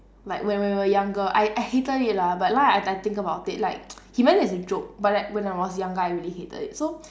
like when we were younger I I hated it lah but now I I think about it like he meant as a joke but like when I was younger I really hated it so